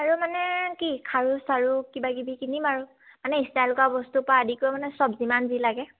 আৰু মানে কি খাৰু চাৰু কিবা কিবি কিনিম আৰু মানে ষ্টাইল কৰা বস্তুৰ পৰা আদি কৰি মানে সব যিমান যি লাগে